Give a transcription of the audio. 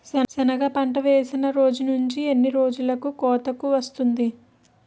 సెనగ పంట వేసిన రోజు నుండి ఎన్ని రోజుల్లో కోతకు వస్తాది?